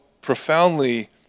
profoundly